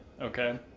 okay